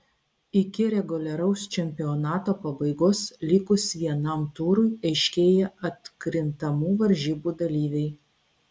iki reguliaraus čempionato pabaigos likus vienam turui aiškėja atkrintamų varžybų dalyviai